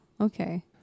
okay